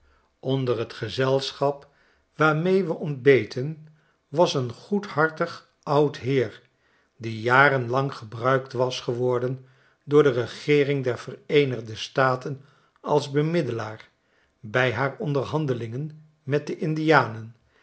onder t gezelschap waarmee we ontbeten was een goedhartig oud heer die jarenlang gebruikt was geworden door de regeering der yereenigde staten als bemiddelaar bij haar onderhandelingen met de indianen